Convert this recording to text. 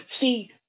See